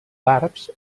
barbs